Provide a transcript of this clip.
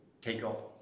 takeoff